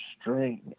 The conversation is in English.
string